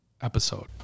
episode